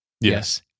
Yes